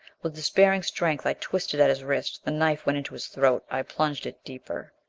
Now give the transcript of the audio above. with despairing strength i twisted at his wrist. the knife went into his throat. i plunged it deeper.